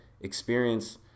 experience